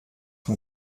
von